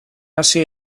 hasi